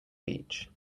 beach